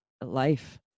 life